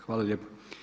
Hvala lijepo.